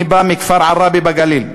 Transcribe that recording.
אני בא מכפר עראבה בגליל.